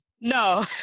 No